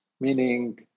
meaning